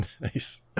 Nice